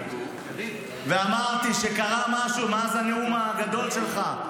התחננתי ואמרתי שקרה משהו מאז הנאום הגדול שלך,